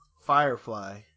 Firefly